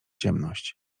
ciemność